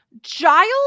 Giles